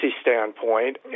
standpoint